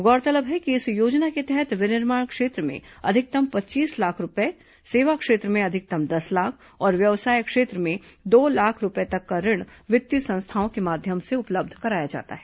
गौरतलब है कि इस योजना के तहत विनिर्माण क्षेत्र में अधिकतम पच्चीस लाख रूपये सेवा क्षेत्र में अधिकतम दस लाख और व्यवसाय क्षेत्र में दो लाख रूपये तक का ऋण वित्तीय संस्थाओं के माध्यम से उपलब्ध कराया जाता है